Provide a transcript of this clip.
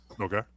Okay